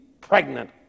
pregnant